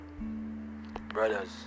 Brothers